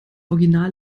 original